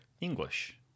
English